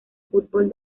fútbol